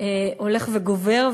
הולכת וגוברת,